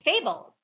Fables